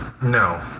No